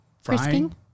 frying